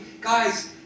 Guys